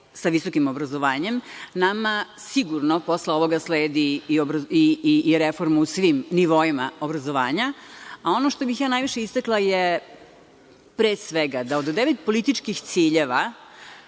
sa visokim obrazovanjem. Nama sigurno posle ovoga sledi i reforma u svim nivoima obrazovanja. Ono što bih ja najviše istakla je, pre svega, da od devet političkih ciljeva